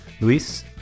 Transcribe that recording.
Luis